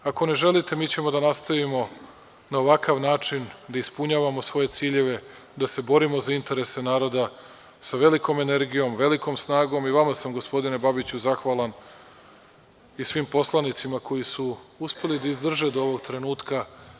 Ako ne želite, mi ćemo da nastavimo na ovakav način da ispunjavamo svoje ciljeve, da se borimo za interese naroda sa velikom energijom, velikom snagom i vama sam gospodine Babiću zahvalan i svim poslanicima koji su uspeli da izdrže do ovog trenutka.